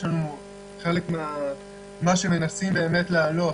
חלק ממה שמנסים באמת להעלות